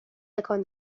تکان